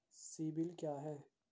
CIBIL क्या है?